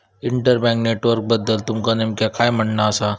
inter bank नेटवर्कबद्दल तुमचा नेमक्या काय म्हणना आसा